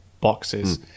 boxes